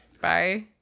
Bye